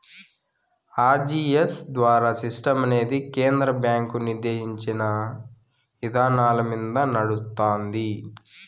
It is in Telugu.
ఆర్టీజీయస్ ద్వారా సిస్టమనేది కేంద్ర బ్యాంకు నిర్దేశించిన ఇదానాలమింద నడస్తాంది